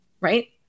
right